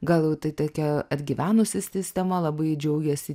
gal jau tai tokia atgyvenusi sistema labai džiaugiasi